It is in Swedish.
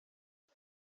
vad